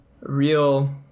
Real